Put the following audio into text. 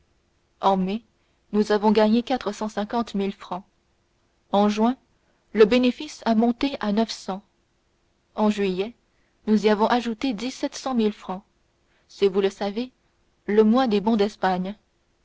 mai nous avons gagné quatre cent cinquante mille francs en juin le bénéfice a monté à neuf cent mille en juillet nous y avons ajouté dix-sept cent mille francs c'est vous le savez le mois des bons d'espagne